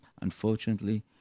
unfortunately